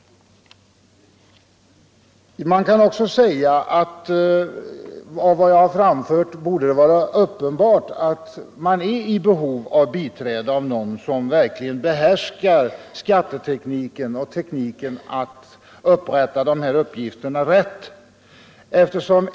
Av vad jag anfört borde det klart framgå att arbetsgivaren är i behov av biträde av någon som verkligen behärskar skattetekniken och tekniken att upprätta dessa arbetsgivaruppgifter på rätt sätt.